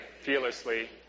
fearlessly